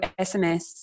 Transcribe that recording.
SMS